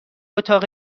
اتاق